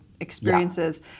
experiences